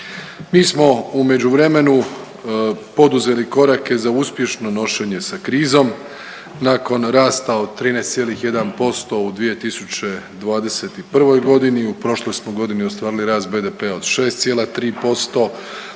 Mi smo u međuvremenu poduzeli korake za uspješno nošenje sa krizom nakon rasta od 13,1% u 2021.g., u prošloj smo godini ostvarili rast BDP-a od 6,3%.